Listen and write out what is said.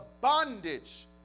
bondage